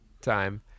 time